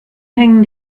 hängen